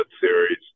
series